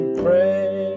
pray